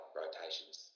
rotations